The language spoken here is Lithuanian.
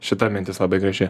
šita mintis labai graži